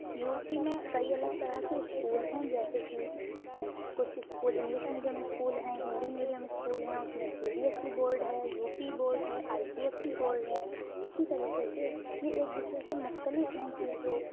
you P میں کئی الگ طرح کے اسکول ہیں جیسے کہ کچھ اسکول انگلش میڈیم اسکول ہیں ہندی میڈیم اسکول ہیں اس میں C B S C board ہے یو پی بورڈ ہے I C S C board ہے اسی طریقے سے یہ ایک دوسرے سے مختلف ہیں کہ جو